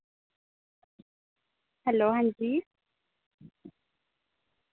hello हां जी